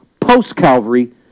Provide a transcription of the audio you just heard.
post-Calvary